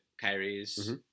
Kyrie's